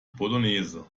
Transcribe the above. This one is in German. bolognese